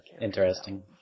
interesting